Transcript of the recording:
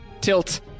tilt